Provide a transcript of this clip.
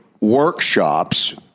workshops